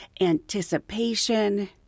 anticipation